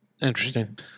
Interesting